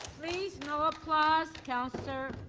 please, no applause. counselor